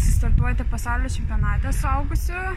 startuoti pasaulio čempionate saugusių